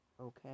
Okay